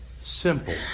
simple